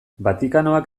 vatikanoak